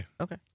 Okay